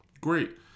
Great